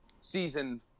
season